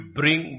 bring